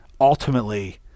ultimately